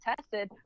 tested